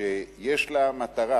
ויש לה מטרה,